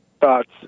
thoughts